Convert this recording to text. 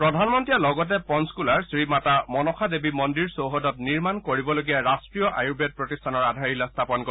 প্ৰধানমন্ত্ৰীয়ে লগতে পঞ্চকুলাৰ শ্ৰীমাতা মনসা দেৱী মন্দিৰ চৌহদত নিৰ্মাণ কৰিবলগীয়া ৰাষ্ট্ৰীয় আয়ুৰ্বেদ প্ৰতিষ্ঠানৰ আধাৰশিলা স্থাপন কৰে